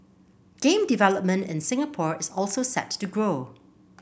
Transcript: game development in Singapore is also set to grow